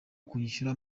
kunyishyura